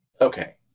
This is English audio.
Okay